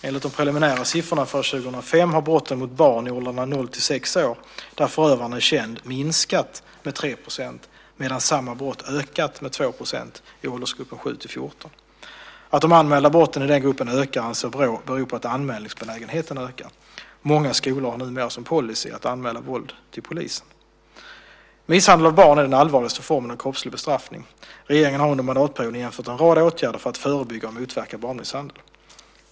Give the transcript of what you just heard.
Enligt de preliminära siffrorna för år 2005 har brotten mot barn i åldrarna 0-6 år där förövaren är känd minskat med 3 % medan samma brott ökat med 2 % i åldersgruppen 7-14. Att de anmälda brotten i den gruppen ökar anser Brå beror på att anmälningsbenägenheten ökar. Många skolor har numera som policy att anmäla våld till polisen. Misshandel av barn är den allvarligaste formen av kroppslig bestraffning. Regeringen har under mandatperioden genomfört en rad åtgärder för att förebygga och motverka barnmisshandel.